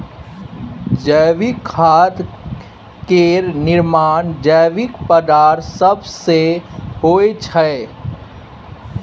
जैविक खाद केर निर्माण जैविक पदार्थ सब सँ होइ छै